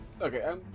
Okay